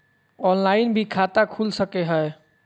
Online भी खाता खूल सके हय?